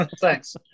Thanks